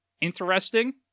interesting